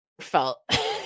felt